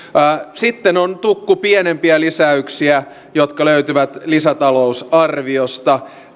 sitten on tukku pienempiä lisäyksiä jotka löytyvät lisätalousarviosta